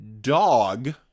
dog